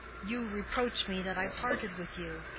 you reproach me that i parted with you.